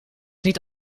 niet